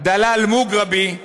דלאל מוגרבי,